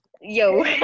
Yo